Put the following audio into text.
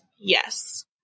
yes